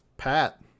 Pat